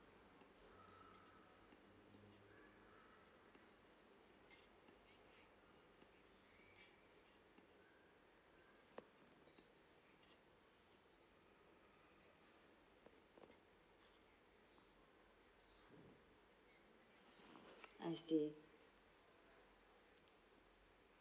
I see